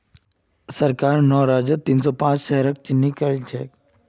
सरकार नौ राज्यत तीन सौ पांच शहरक चिह्नित करिल छे